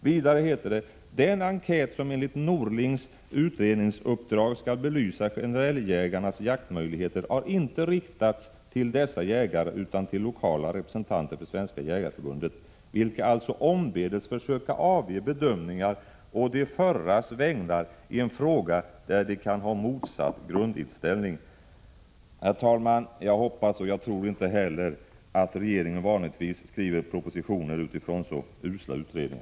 Vidare heter det: Den enkät som enligt Norlings utredningsuppdrag skall belysa älgjägarnas jaktmöjligheter har inte riktats till dessa jägare utan till lokala representanter för Svenska jägareförbundet, vilka alltså ombetts försöka avge bedömningar å de förras vägnar i en fråga där de kan ha motsatt grundinställning. Herr talman! Jag hoppas och tror att regeringen inte vanligtvis skriver propositioner utifrån så usla utredningar.